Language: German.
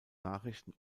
nachrichten